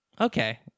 okay